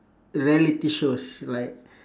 reality shows like